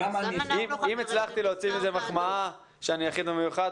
אם הצלחתי להוציא מזה מחמאה שאני יחיד ומיוחד,